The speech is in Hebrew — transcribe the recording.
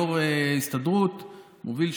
יו"ר ההסתדרות הרפואית,